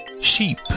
sheep